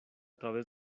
través